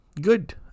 good